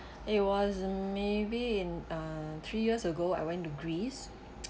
it was maybe in uh three years ago I went to greece